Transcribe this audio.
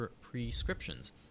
prescriptions